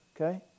Okay